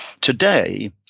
today